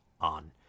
on